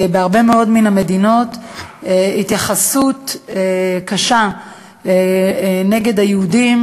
בהרבה מאוד מהמדינות התייחסות קשה נגד היהודים,